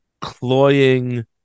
cloying